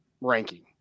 ranking